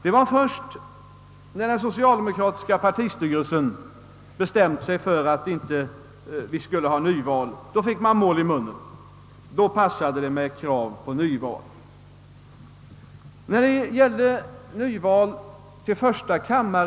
Det var först när den socialdemokratiska partistyrelsen hade bestämt sig för att vi inte skulle ha något nyval som man fick mål i mun. Då passade det att föra fram krav på nyval.